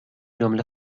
جمله